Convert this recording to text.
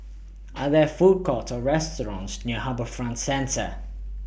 Are There Food Courts Or restaurants near HarbourFront Centre